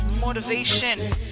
motivation